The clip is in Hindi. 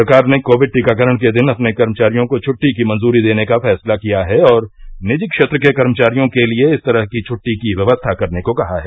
सरकार ने कोविड टीकाकरण के दिन अपने कर्मचारियों को छुट्टी की मंजूरी देने का फैंसला किया है और निजी क्षेत्र के कर्मचारियों के लिए इस तरह की छुट्टी की व्यवस्था करने को कहा है